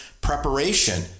preparation